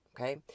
Okay